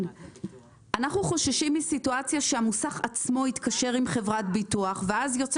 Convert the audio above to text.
אנחנו חוששים מסיטואציה שהמוסך עצמו יתקשר עם חברת ביטוח ואז יוצא